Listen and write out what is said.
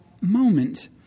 Moment